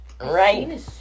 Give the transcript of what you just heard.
Right